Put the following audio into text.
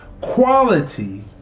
quality